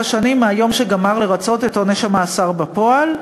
שנים מהיום שגמר לרצות את עונש המאסר בפועל,